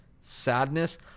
sadness